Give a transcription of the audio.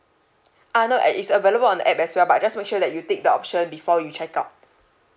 uh no at is available on the app as well but just make sure that you tick the option before you check out